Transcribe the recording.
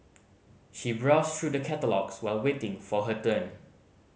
she browsed through the catalogues while waiting for her turn